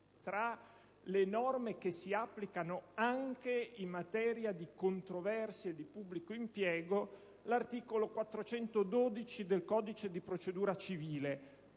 tra le norme che si applicano anche in materia di controversie di pubblico impiego, l'articolo 412 del codice di procedura civile.